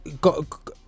got